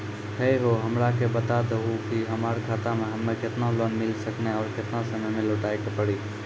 है हो हमरा के बता दहु की हमार खाता हम्मे केतना लोन मिल सकने और केतना समय मैं लौटाए के पड़ी?